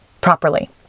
properly